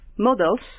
models